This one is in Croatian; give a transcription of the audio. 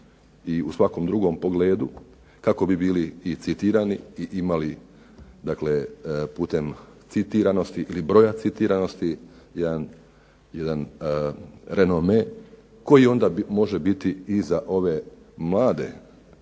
i u svakom drugom pogledu kako bi bili i citirani i imali dakle putem citiranosti ili broja citiranosti jedan renome koji onda može biti i za ove mlade,